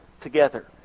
together